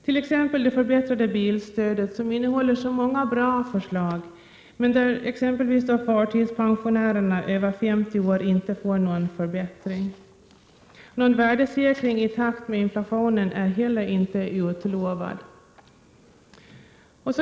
Förslaget om förbättrat bilstöd innehåller t.ex. mycket som är bra, men förtidspensionärer över 50 år får inte någon förbättring. Någon värdesäkring i takt med inflationen är heller inte utlovad.